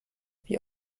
wie